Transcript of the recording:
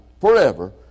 forever